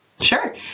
Sure